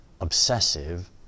obsessive